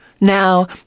Now